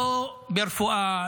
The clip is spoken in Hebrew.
לא ברפואה,